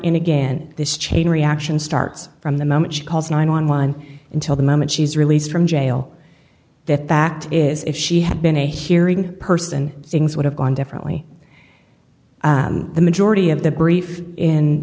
and again this chain reaction starts from the moment she calls nine on one until the moment she's released from jail that that is if she had been a hearing person things would have gone differently the majority of the brief in